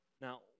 Now